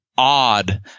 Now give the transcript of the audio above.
odd